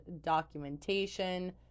documentation